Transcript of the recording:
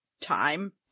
time